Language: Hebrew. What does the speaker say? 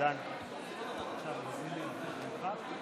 דקות לרשותך,